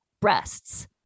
breasts